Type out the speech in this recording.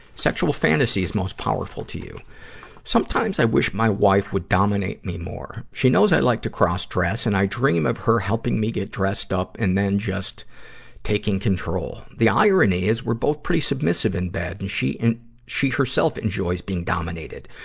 sexual fantasies most powerful to you sometimes i wish my wife would dominate me more. she knows i like to cross-dress, and i dream of her helping me get dressed up and then just taking control. the irony is we're both pretty submissive in bed, and and she herself enjoys being dominated.